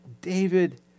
David